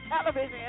television